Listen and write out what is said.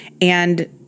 And-